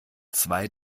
zwei